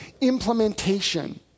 implementation